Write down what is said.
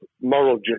moral